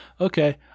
Okay